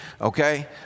okay